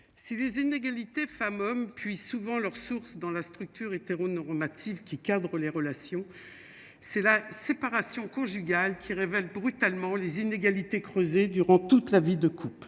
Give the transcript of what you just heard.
si les vulnérabilités. Femmes hommes puis souvent leur source dans la structure normative qui cadrent les relations, c'est la séparation conjugale qui révèle brutalement les inégalités creusées. Durant toute la vie de couple.